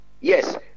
yes